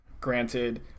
granted